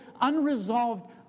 unresolved